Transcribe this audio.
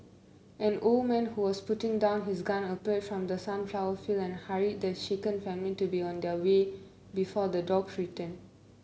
an old man who was putting down his gun appeared from the sunflower fields and hurried the shaken family to be on their way before the dogs return